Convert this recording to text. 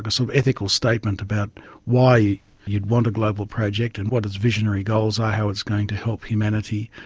but sort of ethical statement about why you'd want a global project and what its visionary goals are, how it's going to help humanity.